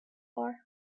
far